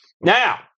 Now